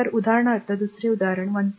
तर उदाहरणार्थ दुसरे उदाहरण 1